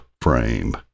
frame